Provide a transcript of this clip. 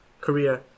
Korea